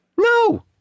No